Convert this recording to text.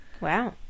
Wow